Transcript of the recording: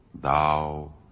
thou